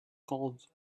called